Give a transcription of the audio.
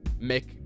make